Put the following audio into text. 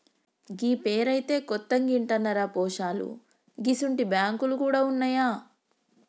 గీ పేరైతే కొత్తగింటన్నరా పోశాలూ గిసుంటి బాంకులు గూడ ఉన్నాయా